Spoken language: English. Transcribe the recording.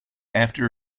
after